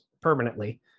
permanently